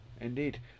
Indeed